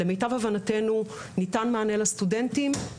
למיטב הבנתנו ניתן מענה לסטודנטים.